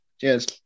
cheers